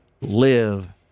live